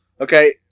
Okay